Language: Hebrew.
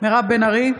מירב בן ארי,